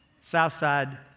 Southside